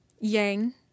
yang